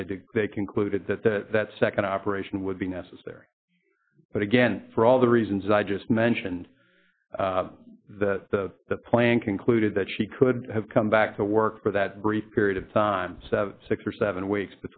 then they did they concluded that that that second operation would be necessary but again for all the reasons i just mentioned that the the plan concluded that she could have come back to work for that brief period of time six or seven weeks